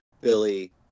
Billy